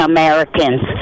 Americans